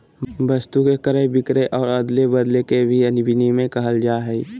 वस्तु के क्रय विक्रय और अदले बदले के भी विनिमय कहल जाय हइ